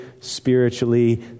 spiritually